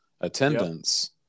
attendance